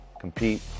compete